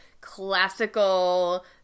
classical